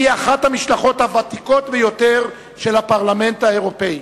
אחת המשלחות הוותיקות ביותר של הפרלמנט האירופי.